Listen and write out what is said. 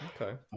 Okay